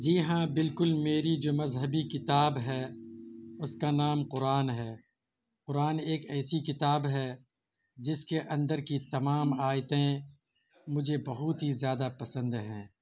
جی ہاں بالکل میری جو مذہبی کتاب ہے اس کا نام قرآن ہے قرآن ایک ایسی کتاب ہے جس کے اندر کی تمام آیتیں مجھے بہت ہی زیادہ پسند ہیں